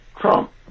trump